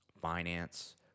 finance